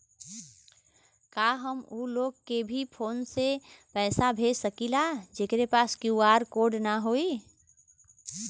का हम ऊ लोग के भी फोन से पैसा भेज सकीला जेकरे पास क्यू.आर कोड न होई?